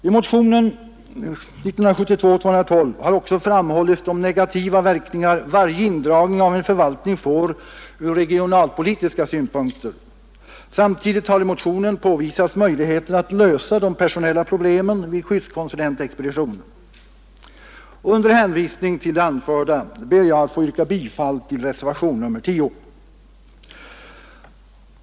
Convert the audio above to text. I motionen 212 har också framhållits de negativa verkningar varje indragning av en förvaltning får ur regionalpolitiska synpunkter. Samtidigt har i motionen påvisats möjligheter att lösa de personella problemen vid skyddskonsulentexpeditionen. Under hänvisning till det anförda ber jag att få yrka bifall till reservationen 10.